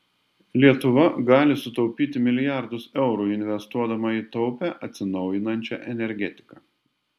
lietuva gali sutaupyti milijardus eurų investuodama į taupią atsinaujinančią energetiką